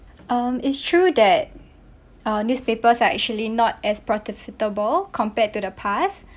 um it's true that our newspapers are actually not as profitable compared to the past